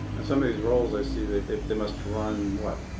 and some of these rolls i see that they must run, what,